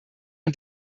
und